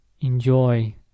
enjoy